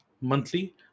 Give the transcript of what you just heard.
monthly